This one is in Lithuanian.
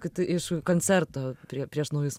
tai iš koncerto prie prieš naujus